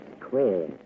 square